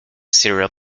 serial